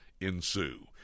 ensue